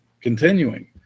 Continuing